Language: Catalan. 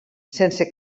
sense